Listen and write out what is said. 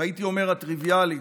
והייתי אומר: הטריוויאלית,